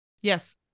Yes